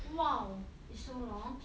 !wow! it's so long